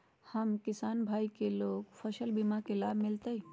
हम किसान भाई लोग फसल बीमा के लाभ मिलतई?